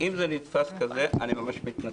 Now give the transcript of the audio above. אם זה נתפס כזה, אני ממש מתנצל.